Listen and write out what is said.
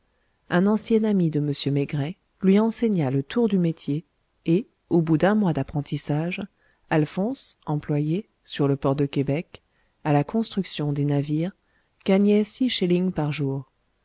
un ancien ami de m maigret lui enseigna le tour du métier et au bout d'un mois d'apprentissage alphonse employé sur le port de québec à la construction des navires gagnait six schelings par jour